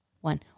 one